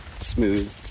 smooth